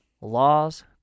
laws